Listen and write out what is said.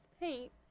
paint